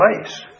place